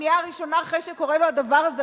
בשנייה הראשונה אחרי שקורה לו הדבר הזה,